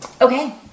Okay